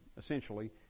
essentially